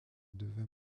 devint